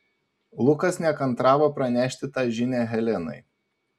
lukas nekantravo pranešti tą žinią helenai